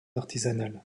artisanale